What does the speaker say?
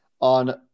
on